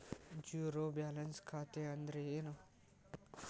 Zero balance ಖಾತೆ ಅಂದ್ರೆ ಏನು?